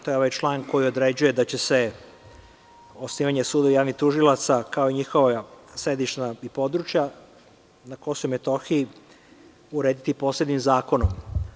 To je ovaj član koji određuje da će se osnivanje sudova javnih tužilaca, kao i njihova sedišta i područja na KiM urediti posebnim zakonom.